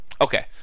Okay